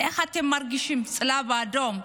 איך אתם, הצלב האדום,